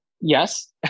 yes